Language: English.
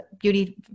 Beauty